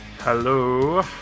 Hello